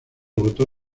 votó